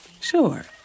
Sure